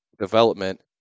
development